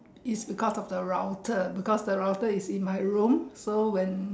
is because of the router because the router is in my room so when